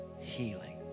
healing